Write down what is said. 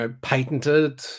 patented